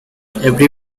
every